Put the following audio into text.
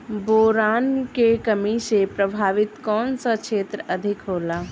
Boron के कमी से प्रभावित कौन सा क्षेत्र अधिक होला?